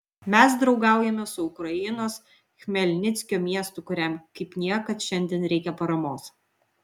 mes draugaujame su ukrainos chmelnickio miestu kuriam kaip niekad šiandien reikia paramos